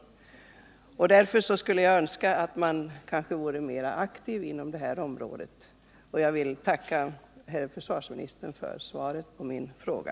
Mot denna bakgrund skulle jag önska att man kanske vore mera aktiv inom detta område. Jag vill tacka herr försvarsministern för svaret på denna fråga.